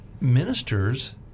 ministers